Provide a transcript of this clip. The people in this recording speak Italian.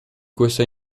questa